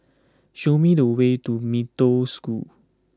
show me the way to Mee Toh School